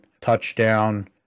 touchdown